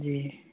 जी